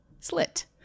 slit